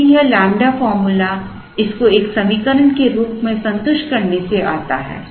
क्योंकि यह lambda formula इस को एक समीकरण के रूप में संतुष्ट करने से आता है